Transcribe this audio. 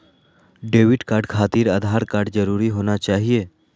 Debit card खातिर Aadhaar card जरूरी होना चाहिए?